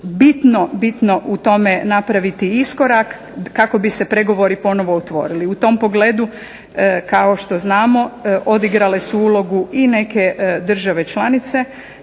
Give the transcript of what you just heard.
bitno, bitno u tome napraviti iskorak kako bi se pregovori ponovo otvorili. U tom pogledu kao što znamo odigrale su ulogu i neke države članice,